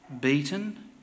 beaten